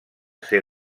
ser